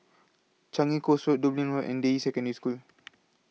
Changi Coast Road Dublin Road and Deyi Secondary School